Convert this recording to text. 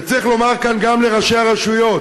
וצריך לומר כאן גם לראשי הרשויות.